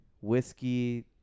whiskey